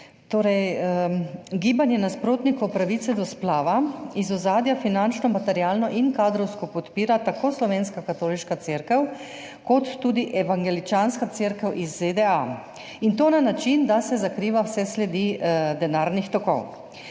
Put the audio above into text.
gibanje nasprotnikov pravice do splava iz ozadja finančno, materialno in kadrovsko podpira tako slovenska katoliška cerkev kot tudi evangeličanska cerkev iz ZDA, in to na način, da se zakriva vse sledi denarnih tokov.